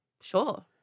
Sure